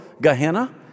Gehenna